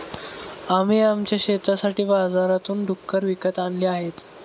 आम्ही आमच्या शेतासाठी बाजारातून डुक्कर विकत आणले आहेत